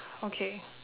okay